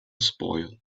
spoil